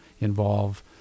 involve